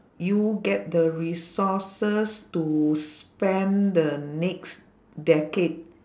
you get the resources to spend the next decade